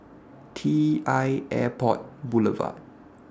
T L Airport Boulevard